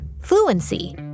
Fluency